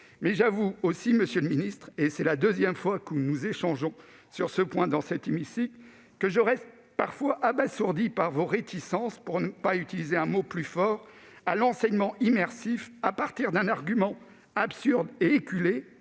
J'avoue aussi, monsieur le ministre- et c'est la deuxième fois que nous échangeons sur ce point dans cet hémicycle -que je reste parfois abasourdi par votre réticence- pour ne pas utiliser un mot plus fort -à l'égard de l'enseignement immersif, et ce à partir d'un argument absurde et éculé,